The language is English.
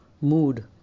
Mood